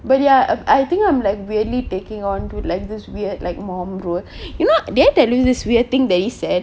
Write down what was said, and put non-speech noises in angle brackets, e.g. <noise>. but ya I think I'm like really taking on like this weird like mom rule <breath> you know did I tell you this weird thing that he said